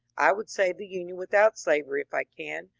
i would save the union without slavery if i can,